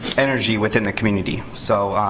energy within the community. so,